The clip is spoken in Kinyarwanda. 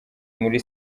muri